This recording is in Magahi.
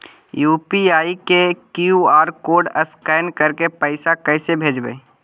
यु.पी.आई के कियु.आर कोड स्कैन करके पैसा कैसे भेजबइ?